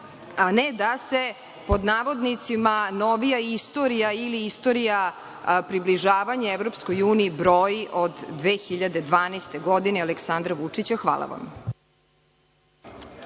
a ne da se pod navodnicima novija istorija ili istorija približavanja Evropskoj uniji broji od 2012. godine i Aleksandra Vučića. Hvala vam.